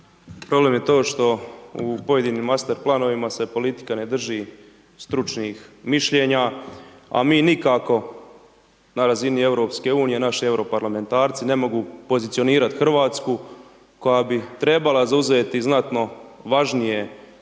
Problem je to što u pojedinim master planovima se politika ne drži stručnih mišljenja a mi nikako na razini EU, naši europarlamentarci ne mogu pozicionirati Hrvatsku koja bi trebala zauzeti znatno važnije prometne